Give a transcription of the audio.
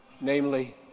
namely